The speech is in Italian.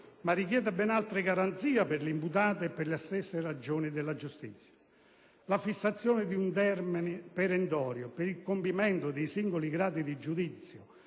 ma richiede ben altre garanzie per l'imputato e per le stesse ragioni della giustizia. «La fissazione di un termine perentorio per il compimento dei singoli gradi di giudizio